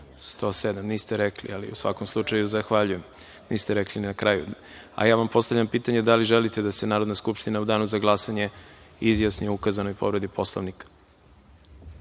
107. Niste rekli, ali u svakom slučaju zahvaljujem. Niste rekli ni na kraju. Postavljam vam pitanje da li želite da se Narodna skupština u Danu za glasanje izjasni o ukazanoj povredi Poslovnika?